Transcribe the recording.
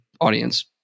audience